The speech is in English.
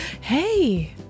Hey